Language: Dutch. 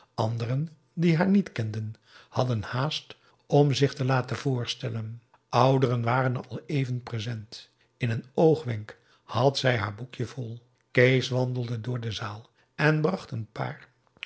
anderen die haar niet kenden hadden haast om zich te laten voorstellen ouderen waren al even pressant in een oogwenk had zij haar boekje vol kees wandelde door de zaal en bracht een paar